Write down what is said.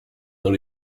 dans